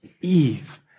Eve